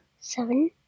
seven